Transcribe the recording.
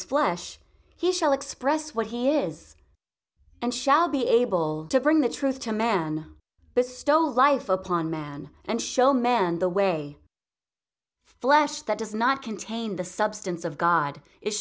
flesh he shall express what he is and shall be able to bring the truth to man bestow life upon man and show man the way flesh that does not contain the substance of god i